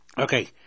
Okay